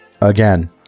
again